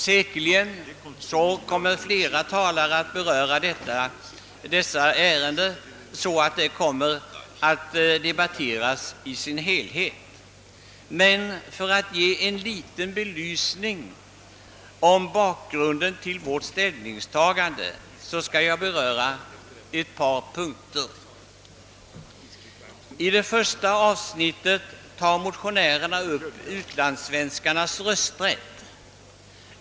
Säkerligen kommer flera talare att beröra ärendet, så att detsamma ändå blir diskuterat i sin helhet. För att något belysa bakgrunden till våra ställningstaganden skall jag emellertid ta upp ett par punkter. I det första avsnittet tar motionärerna upp utlandssvenskarnas rösträtt.